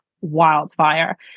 wildfire